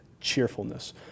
cheerfulness